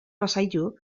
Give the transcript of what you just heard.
bazaitu